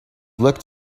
looked